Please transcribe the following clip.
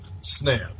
snap